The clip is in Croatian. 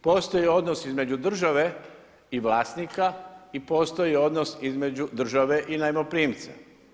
Postoji odnos između države i vlasnika i postoji odnos između države i najmoprimca.